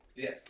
Yes